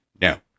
No